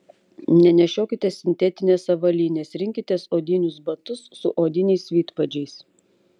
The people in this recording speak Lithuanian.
nenešiokite sintetinės avalynės rinkitės odinius batus su odiniais vidpadžiais